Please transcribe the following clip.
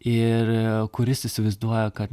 ir kuris įsivaizduoja kad